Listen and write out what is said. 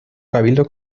cabildo